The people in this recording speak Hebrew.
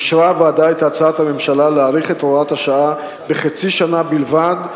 אישרה הוועדה את הצעת הממשלה להאריך את הוראת השעה בחצי שנה בלבד,